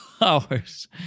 hours